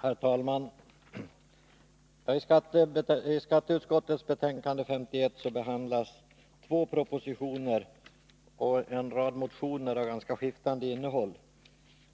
Herr talman! I skatteutskottets betänkande 51 behandlas två propositioner och en rad motioner av ganska skiftande innehåll.